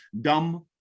dumb